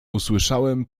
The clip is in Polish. usłyszałem